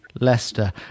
Leicester